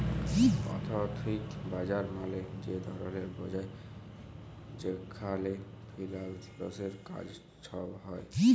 আথ্থিক বাজার মালে যে ধরলের বাজার যেখালে ফিল্যালসের কাজ ছব হ্যয়